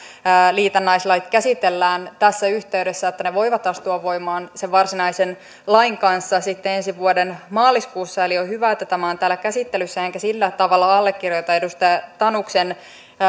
liitännäislait käsitellään tässä yhteydessä että ne voivat astua voimaan sen varsinaisen lain kanssa sitten ensi vuoden maaliskuussa eli on on hyvä että tämä on täällä käsittelyssä enkä sillä tavalla allekirjoita edustaja tanuksen